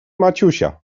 maciusia